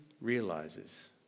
realizes